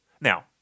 Now